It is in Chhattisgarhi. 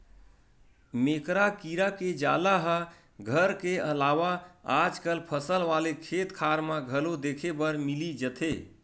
मेकरा कीरा के जाला ह घर के अलावा आजकल फसल वाले खेतखार म घलो देखे बर मिली जथे